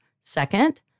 Second